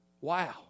wow